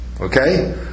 Okay